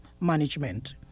management